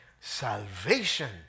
salvation